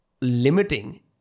limiting